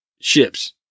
ships